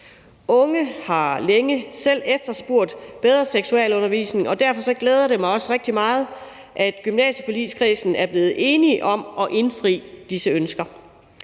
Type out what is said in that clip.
Unge har længe selv efterspurgt bedre seksualundervisning, og derfor glæder det mig også rigtig meget, at gymnasieforligskredsen er blevet enig om at indfri disse ønsker.